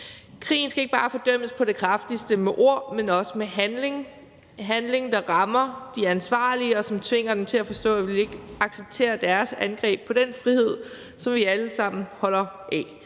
Krigen skal ikke bare fordømmes på det kraftigste med ord, men også med handling. Det skal være handling, der rammer de ansvarlige, og som tvinger dem til at forstå, at vi ikke vil acceptere deres angreb på den frihed, som vi alle sammen holder af.